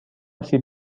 سیب